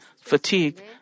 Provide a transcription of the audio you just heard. fatigue